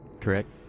Correct